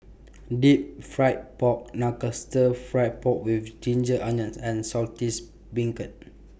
Deep Fried Pork Knuckle Stir Fry Pork with Ginger Onions and Saltish Beancurd